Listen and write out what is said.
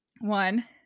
One